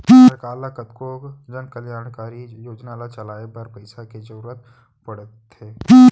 सरकार ल कतको जनकल्यानकारी योजना ल चलाए बर पइसा के जरुरत पड़थे